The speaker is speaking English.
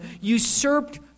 usurped